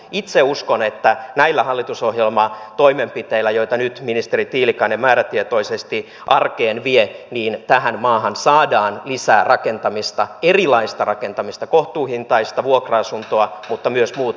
itse uskon että näillä hallitusohjelmatoimenpiteillä joita nyt ministeri tiilikainen määrätietoisesti arkeen vie tähän maahan saadaan lisää rakentamista erilaista rakentamista kohtuuhintaisia vuokra asuntoja mutta myös muuta asuntotuotantoa